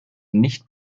nicht